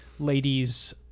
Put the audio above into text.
ladies